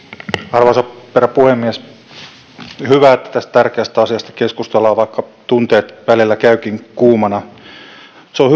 arvoisa herra puhemies hyvä että tästä tärkeästä asiasta keskustellaan vaikka tunteet välillä käyvätkin kuumana se on